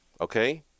okay